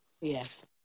Yes